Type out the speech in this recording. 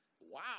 Wow